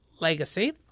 legacy